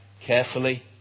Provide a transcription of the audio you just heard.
carefully